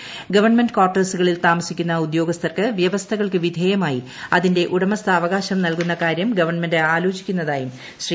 ശ്വൺമെന്റ് കാർട്ടേഴ്സുകളിൽ താമസിക്കുന്ന ഉദ്യോഗസ്ഥർക്ക് വൃദ്ധസ്കൾക്ക് വിധേയമായി അതിന്റെ ഉടമസ്ഥാവകാശം നൽകുന്ന ക്ടാര്യം ഗവൺമെന്റ് ആലോചിക്കുന്നതായും ശ്രീ